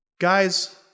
guys